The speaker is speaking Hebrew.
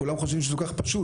כולם חושבים שזה כל כך פשוט,